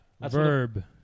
Verb